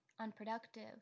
unproductive